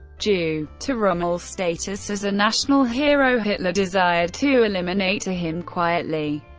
due to rommel's status as a national hero, hitler desired to eliminate him quietly.